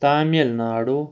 Tamil Nadu